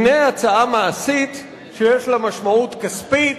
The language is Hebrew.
הנה הצעה מעשית שיש לה משמעות כספית,